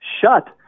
shut